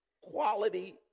quality